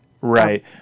right